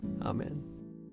Amen